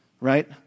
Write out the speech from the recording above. right